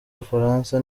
bufaransa